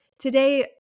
Today